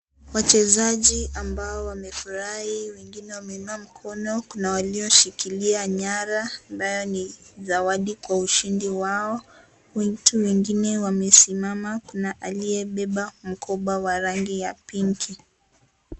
Wachezaji ambao wamefurahi wengine wameinua mkono. Kuna walioshikilia nyara ambayo ni zawadi kwa ushindi wao. Mtu mwingine wamesimama. Kuna aliyebeba mkoba wa rangi ya pinki.